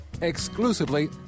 exclusively